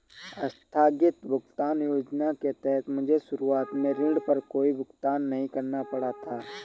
आस्थगित भुगतान योजना के तहत मुझे शुरुआत में ऋण पर कोई भुगतान नहीं करना पड़ा था